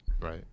Right